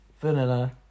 vanilla